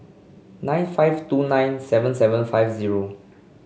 nine five two nine seven seven five zero